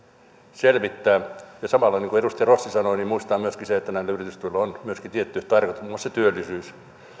selvittää ja samalla niin kuin edustaja rossi sanoi muistaa myöskin se että näille yritystuille on myöskin tietty tarkoitus muun muassa työllisyys